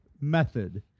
method